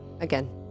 again